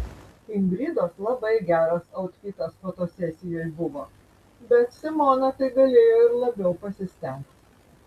ingridos labai geras autfitas fotosesijoj buvo bet simona tai galėjo ir labiau pasistengt